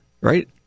Right